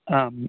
ആ